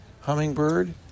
hummingbird